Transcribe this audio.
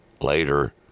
later